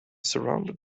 surrounded